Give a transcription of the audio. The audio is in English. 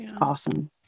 Awesome